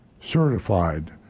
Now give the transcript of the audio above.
certified